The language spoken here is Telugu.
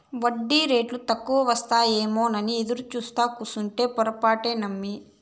ఒడ్డీరేటు తక్కువకొస్తాయేమోనని ఎదురుసూత్తూ కూసుంటే పొరపాటే నమ్మి